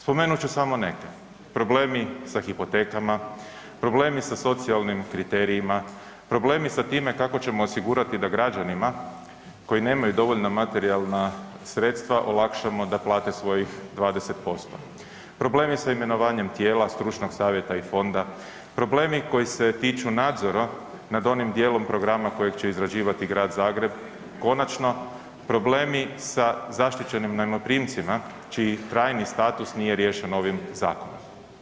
Spomenut ću samo neke, problemi sa hipotekama, problemi sa socijalnim kriterijima, problemi sa time kako ćemo osigurati da građanima koji nemaju dovoljno materijalnih sredstava olakšamo da plate svojih 20%, problemi sa imenovanjem tijela stručnog savjeta i fonda, problemi koji se tiču nadzora nad onim dijelom programa kojeg će izrađivati Grad Zagreb, konačno problemi sa zaštićenim najmoprimcima čiji trajni status nije riješen ovim zakonom.